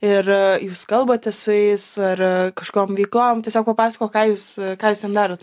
ir jūs kalbate su jais ar kažkokiom veiklom tiesiog pasakok ką jūs ką jūs ten darot